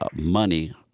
money